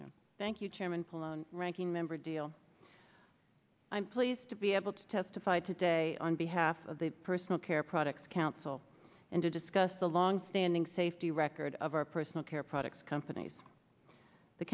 bailey thank you chairman polonca ranking member deal i'm pleased to be able to testify today on behalf of the personal care products council and to discuss the longstanding safety record of our personal care products companies the